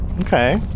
Okay